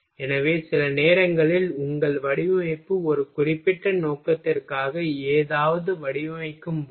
எனவே சில நேரங்களில் உங்கள் வடிவமைப்பு ஒரு குறிப்பிட்ட நோக்கத்திற்காக ஏதாவது வடிவமைக்கும்போது